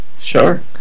Sure